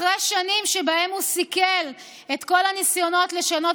אחרי שנים שבהם הוא סיכל את כל הניסיונות לשנות